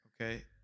Okay